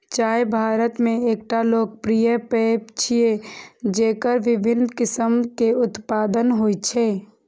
चाय भारत के एकटा लोकप्रिय पेय छियै, जेकर विभिन्न किस्म के उत्पादन होइ छै